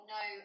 no